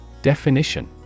Definition